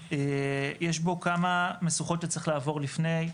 יש בו כמה משוכות שצריך לעבור לפני,